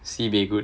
sibeh good